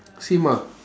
same ah